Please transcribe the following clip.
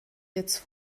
jetzt